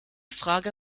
frage